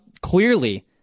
clearly